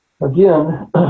Again